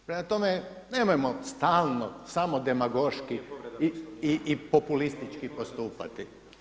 Prema tome, nemojmo stalno samo demagoški i populistički postupati.